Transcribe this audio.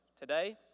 today